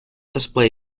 display